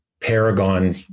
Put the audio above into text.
Paragon